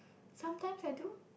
sometimes I do